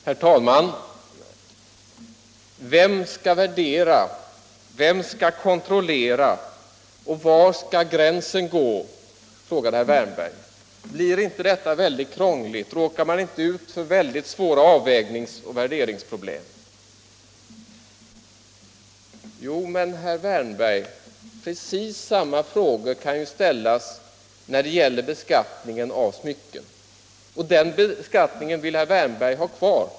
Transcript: Herr talman! Herr Wärnberg frågar: Vem skall värdera, vem skall kontrollera, och var skall gränsen gå? Blir inte detta krångligt och råkar man inte ut för stora avvägningsoch värderingsproblem? Jo, herr Wärnberg, men precis samma frågor kan ju ställas när det Nr 7 gäller beskattningen av smycken, och den beskattningen vill herr Wärnberg ändå ha kvar!